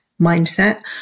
mindset